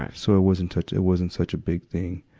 ah so it wasn't such, it wasn't such a big thing.